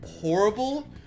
horrible